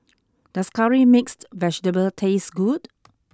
does Curry Mixed Vegetable taste good